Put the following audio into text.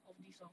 of this lor